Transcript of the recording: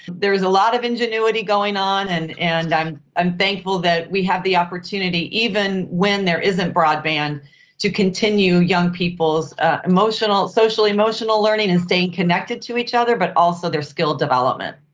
there's a lot of ingenuity going on and and i'm i'm thankful that we have the opportunity even when there isn't broadband to continue young people's emotional, social emotional learning and staying connected to each other but also their skill development.